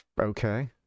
Okay